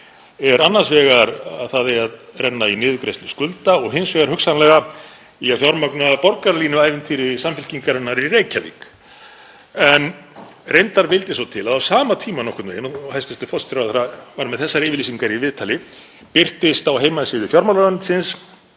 er annars vegar að það eigi að renna í niðurgreiðslu skulda og hins vegar hugsanlega í að fjármagna borgarlínuævintýri Samfylkingarinnar í Reykjavík? Reyndar vildi svo til að á sama tíma, nokkurn veginn, og hæstv. forsætisráðherra var með þessar yfirlýsingar í viðtali birtist á heimasíðu fjármálaráðuneytisins